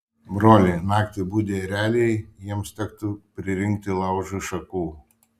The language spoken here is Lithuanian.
broli naktį budi ereliai jiems tektų pririnkti laužui šakų